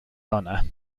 honor